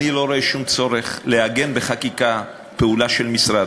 אני לא רואה שום צורך לעגן בחקיקה פעולה של משרד.